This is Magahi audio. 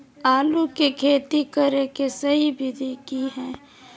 आलू के खेती करें के सही विधि की हय?